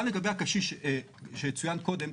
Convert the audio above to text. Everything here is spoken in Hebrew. גם לגבי הקשיש שצוין קודם.